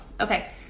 okay